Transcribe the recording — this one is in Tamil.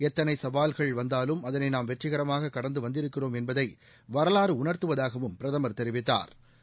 ஏத்தனை சவால்கள் வந்தாலும் அதனை நாம் வெற்றிகரமாக கடந்து வந்திருக்கிறோம் என்பதை வரலாறு உணா்த்துவதாகவும் பிரதமா் தெரிவித்தாா்